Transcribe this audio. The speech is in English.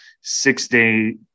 six-day